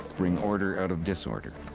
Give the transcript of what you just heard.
bring order out of disorder.